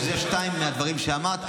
שזה שניים מהדברים שאמרת,